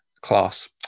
class